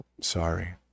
Sorry